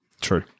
True